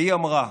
והיא אמרה: